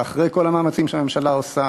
ואחרי כל המאמצים שהממשלה עושה,